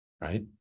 right